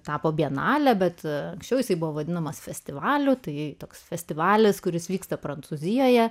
tapo bienalę bet anksčiau jisai buvo vadinamas festivalių tai toks festivalis kuris vyksta prancūzijoje